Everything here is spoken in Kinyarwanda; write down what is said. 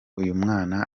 uyumwana